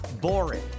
boring